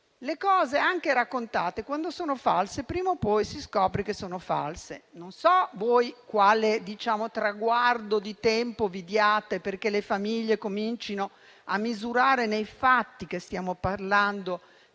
Le cose, anche quelle raccontate, quando sono false, prima o poi si scopre che sono false. Non so voi quale traguardo di tempo vi diate perché le famiglie comincino a misurare nei fatti che stiamo parlando